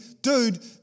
dude